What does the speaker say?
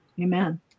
Amen